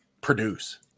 produce